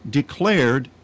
declared